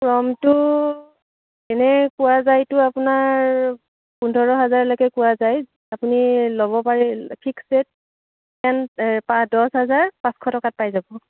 ক্ৰমটো এনে কোৱা যায়তো আপোনাৰ পোন্ধৰ হাজাৰলৈকে কোৱা যায় আপুনি ল'ব পাৰিব ফিক্স দছ ৰেট হাজাৰ পাঁচশ টকাত পাই যাব